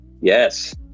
Yes